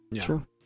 true